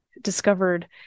discovered